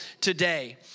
today